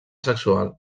sexual